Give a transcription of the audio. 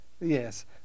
yes